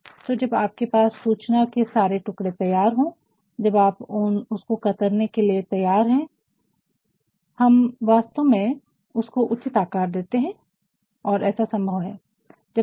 तो जब आपके पास सूचना के सारे टुकड़े तैयार हो जब आप उसको कतरने के लिए तैयार हो हम वास्तव में उसको उचित आकार देते हैं और ऐसा संभव है